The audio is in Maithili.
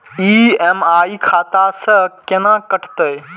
ई.एम.आई खाता से केना कटते?